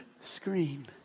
screen